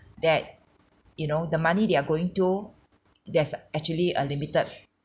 that you know the money they are going to there's actually uh limited